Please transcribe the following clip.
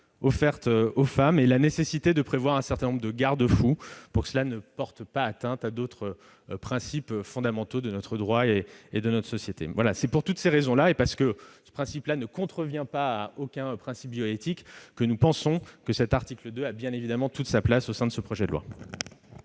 offerte aux femmes et la nécessité de prévoir un certain nombre de garde-fous pour qu'il ne soit pas porté atteinte à d'autres principes fondamentaux de notre droit et de notre société. Pour toutes ces raisons, et parce que ce principe-là ne contrevient à aucun principe bioéthique, nous estimons que cet article 2 a évidemment toute sa place au sein de ce projet de loi.